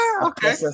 Okay